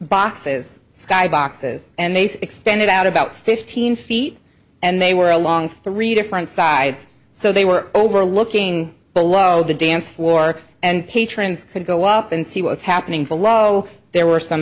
boxes skyboxes and they say extended out about fifteen feet and they were along the redefined sides so they were overlooking below the dance floor and patrons could go up and see what's happening below there were some